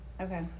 Okay